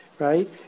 Right